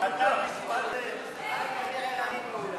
לסעיף 84,